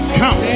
come